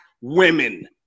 women